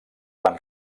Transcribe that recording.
van